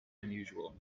unusual